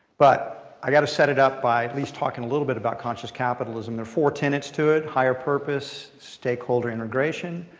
but i've got to set it up by at least talking a little bit about conscious capitalism. there are four tenants to it. higher purpose, stakeholder integration,